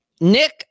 Nick